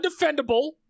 undefendable